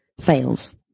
fails